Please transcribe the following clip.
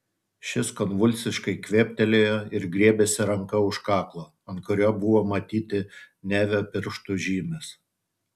šis konvulsiškai kvėptelėjo ir griebėsi ranka už kaklo ant kurio buvo matyti nevio pirštų žymės